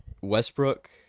Westbrook